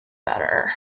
better